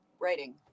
writing